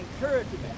encouragement